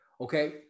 Okay